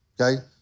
okay